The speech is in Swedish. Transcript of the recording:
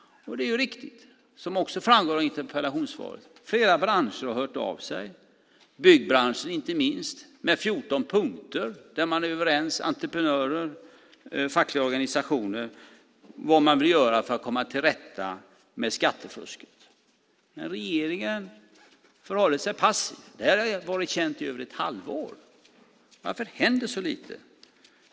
Det är ju riktigt, som också framgår av interpellationssvaret. Flera branscher har hört av sig, byggbranschen inte minst, med 14 punkter där entreprenörer och fackliga organisationer är överens om vad man vill göra för att komma till rätta med skattefusket. Men regeringen förhåller sig passiv. Det här har varit känt i över ett halvår. Varför händer så lite?